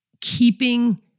keeping